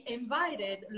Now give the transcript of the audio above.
invited